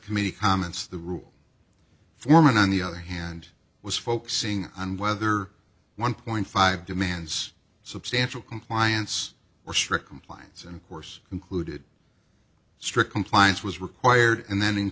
committee comments the rule foreman on the other hand was focusing on whether one point five demands substantial compliance or strict compliance and of course concluded strict compliance was required and then in